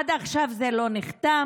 עד עכשיו זה לא נחתם.